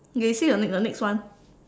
okay you say the next the next one